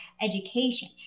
education